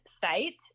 site